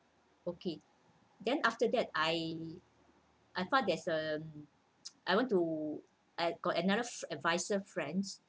okay then after that I I thought there's I want to I got another f~ adviser friends